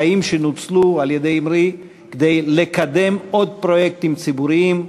חיים שנוצלו לקידום עוד פרויקטים ציבוריים,